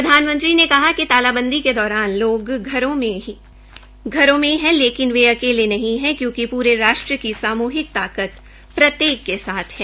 प्रधानमंत्रीने कहा कि तालाबंदी के दौरान लोग घरों में है लेकिन वे अकेले नहीं है क्योकि प्रे राष्ट्र की राष्ट्र की सामुहिक ताकत प्रत्येक के साथ है